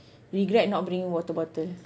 regret not bring water bottle